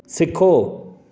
सिक्खो